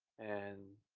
and,